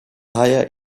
higher